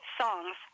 songs